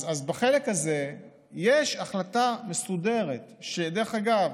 אז בחלק הזה יש החלטה מסודרת, שדרך אגב,